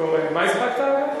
מה הספקת?